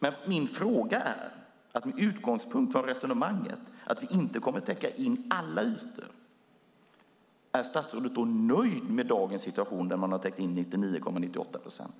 Men min fråga är, med utgångspunkt från resonemanget att vi inte kommer att täcka in alla ytor: Är statsrådet nöjd med dagens situation där man har täckt in 99,98 procent?